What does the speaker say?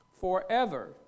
Forever